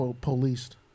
policed